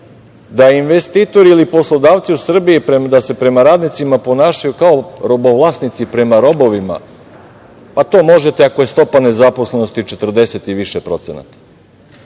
se investitori ili poslodavci u Srbiji prema radnicima ponašaju kao robovlasnici prema robovima, pa to možete ako je stopa nezaposlenosti 40 i više procenata.